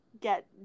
get